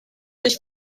ich